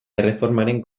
erreformaren